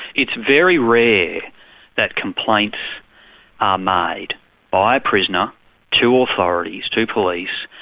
it's very rare that complaints are made by a prisoner to authorities, to police,